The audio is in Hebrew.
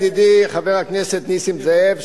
ידידי חבר הכנסת נסים זאב,